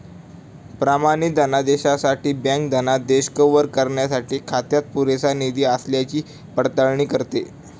प्रमाणित धनादेशासाठी बँक धनादेश कव्हर करण्यासाठी खात्यात पुरेसा निधी असल्याची पडताळणी करते